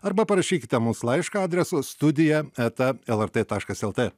arba parašykite mums laišką adresu studija eta lrt taškas lt